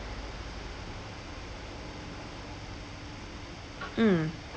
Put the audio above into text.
mm